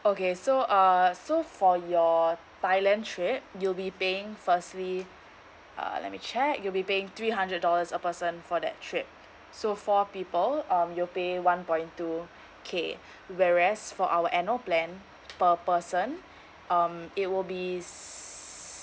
okay so uh so for your thailand trip you'll be paying firstly uh let me check you'll be paying three hundred dollars a person for that trip so four people so um you pay one point two K whereas for our annual plan per person um it will be